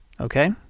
Okay